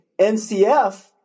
NCF